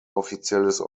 offizielles